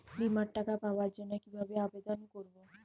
বিমার টাকা পাওয়ার জন্য কিভাবে আবেদন করব?